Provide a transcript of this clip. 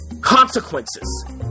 consequences